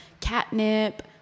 catnip